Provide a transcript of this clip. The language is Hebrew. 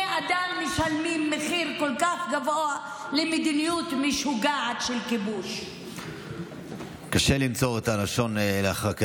מי שאחראי זה מדיניות הכיבוש שממשיכה לדכא עם אחר,